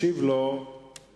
ישיב לו שר